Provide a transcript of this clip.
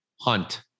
Hunt